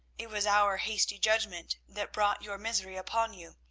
it was our hasty judgment that brought your misery upon you,